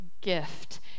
gift